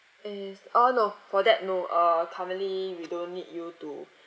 as uh no for that no uh currently we don't need you to